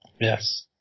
Yes